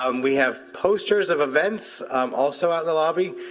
um we have posters of events also at the lobby,